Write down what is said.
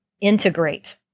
integrate